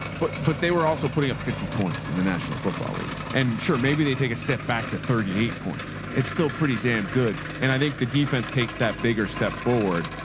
but, but they were also putting up fifty points in the national football league and sure, maybe they take a step back to thirty eight points. it's still pretty damn good. and i think the defense takes that bigger step forward.